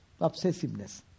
obsessiveness